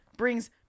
Brings